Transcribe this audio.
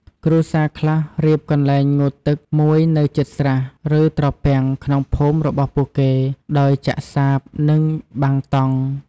គ្រួសារខ្លះរៀបកន្លែងងូតទឹកមួយនៅជិតស្រះ ឬ ត្រពាំងក្នុងភូមិរបស់ពួកគេ ដោយចាក់សាប និងបាំងតង់។